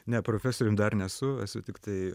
ne profesorium dar nesu esu tiktai